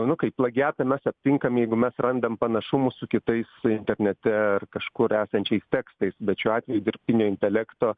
nu kaip plagiatą mes aptinkam jeigu mes randam panašumų su kitais internete kažkur esančiais tekstais bet šiuo atveju dirbtinio intelekto